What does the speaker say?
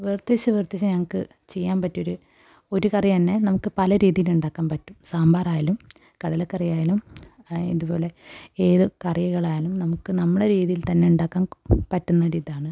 വൃത്തിശ് വൃത്തിശ് ഞങ്ങൾക്ക് ചെയ്യാൻ പറ്റിയൊരു ഒരു കറി തന്നെ നമുക്ക് പല രീതിയിൽ ഉണ്ടാക്കാൻ പറ്റും സാമ്പാറായാലും കടലക്കറിയായാലും ആ ഇതു പോലെ ഏത് കറികളായാലും നമുക്ക് നമ്മളുടെ രീതിയിൽ തന്നെ ഉണ്ടാക്കാൻ പറ്റുന്നൊരു ഇതാണ്